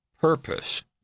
purpose